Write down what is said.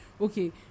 Okay